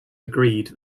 agreed